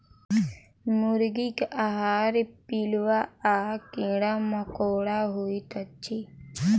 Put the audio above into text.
मुर्गीक आहार पिलुआ आ कीड़ा मकोड़ा होइत अछि